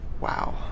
Wow